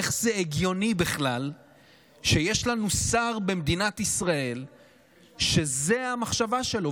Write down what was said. איך זה הגיוני בכלל שיש לנו שר במדינת ישראל שזו המחשבה שלו?